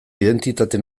identitate